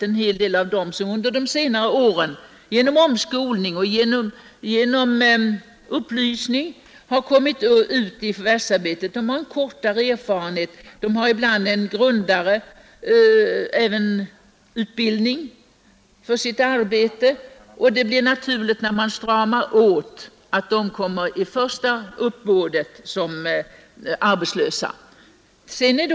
Ätskilliga av dem som under senare år genom omskolning och genom upplysning har kommit ut i förvärvsarbete har en kortare erfarenhet, och ibland har de även en grundare utbildning för sitt arbete. När man stramar åt blir det naturligt att de kommer i första uppbådet som arbetslösa.